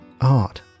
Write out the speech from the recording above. art